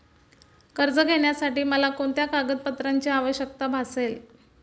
कर्ज घेण्यासाठी मला कोणत्या कागदपत्रांची आवश्यकता भासेल?